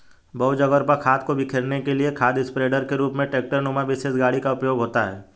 बहुत जगह पर खाद को बिखेरने के लिए खाद स्प्रेडर के रूप में ट्रेक्टर नुमा विशेष गाड़ी का उपयोग होता है